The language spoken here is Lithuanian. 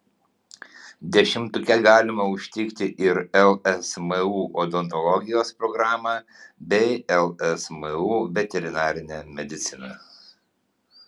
dešimtuke galima užtikti ir lsmu odontologijos programą bei lsmu veterinarinę mediciną